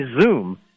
Zoom